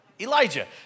Elijah